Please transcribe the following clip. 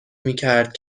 میکرد